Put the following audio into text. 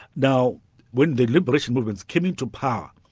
now when the liberation movements came into power,